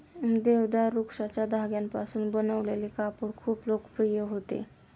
देवदार वृक्षाच्या धाग्यांपासून बनवलेले कापड खूप लोकप्रिय होते